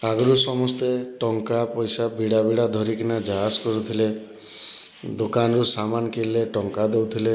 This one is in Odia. ଆଗରୁ ସମସ୍ତେ ଟଙ୍କା ପଇସା ବିଡ଼ା ବିଡ଼ା ଧରିକିନା ଯା ଆସ କରୁଥିଲେ ଦୋକାନରୁ ସାମାନ କିଣିଲେ ଟଙ୍କା ଦେଉଥିଲେ